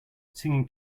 singing